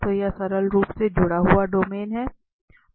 तो यह सरल रूप से जुड़ा हुआ डोमेन है